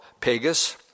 Pegasus